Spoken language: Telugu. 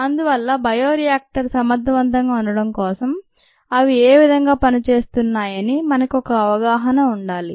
అందువల్ల బయోరియాక్టర్ సమర్థవంతంగా ఉండటం కొరకు అవి ఏవిధంగా పనిచేస్తున్నాయని మనకి ఒక అవగాహన ఉండాలి